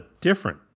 different